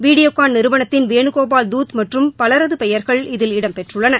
வீடியோகான் நிறுவனத்தின் வேணுகோபால் துத் மற்றும் பலரது பெயர்கள் இதில் இடம்பெற்றுள்ளன